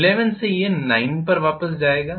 11 से यह 9 पर वापस जाएगा